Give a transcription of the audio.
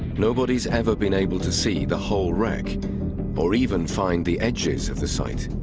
nobody's ever been able to see the whole wreck or even find the edges of the site.